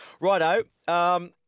Righto